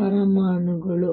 ಪರಮಾಣುಗಳು